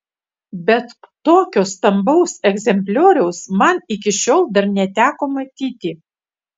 bet tokio stambaus egzemplioriaus man iki šiol dar neteko matyti